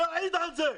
שיעיד על זה.